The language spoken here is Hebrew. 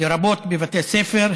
לרבות בבתי ספר,